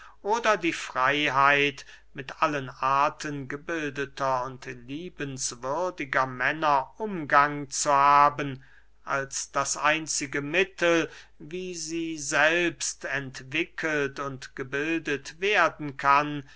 oder die freyheit mit allen arten gebildeter und liebenswürdiger männer umgang zu haben als das einzige mittel wie sie selbst entwickelt und gebildet werden kann